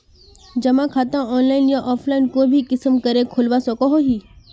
जमा खाता ऑनलाइन या ऑफलाइन कोई भी किसम करे खोलवा सकोहो ही?